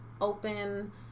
open